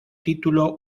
título